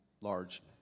large